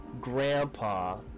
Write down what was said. grandpa